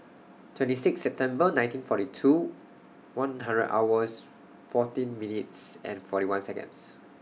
twenty six September nineteen forty two one hundred hours fourteen minutes and forty one Seconds